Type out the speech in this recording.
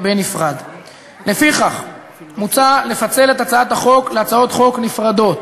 לכן הוועדה מבקשת לפצל את שני החלקים הללו לשתי הצעות חוק נפרדות,